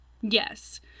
Yes